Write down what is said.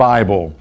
Bible